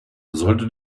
sollte